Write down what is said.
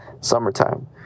Summertime